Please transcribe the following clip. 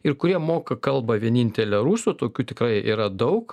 ir kurie moka kalbą vienintelę rusų tokių tikrai yra daug